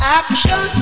action